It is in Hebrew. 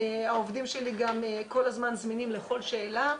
העובדים שלי גם כל הזמן זמינים לכל שאלה.